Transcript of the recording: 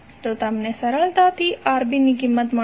તો તમને સરળતાથી Rb ની કિંમત મળશે